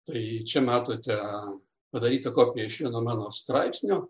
tai čia matote padarytą kopiją iš vieno mano straipsnio